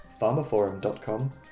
pharmaforum.com